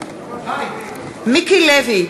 נגד מיקי לוי,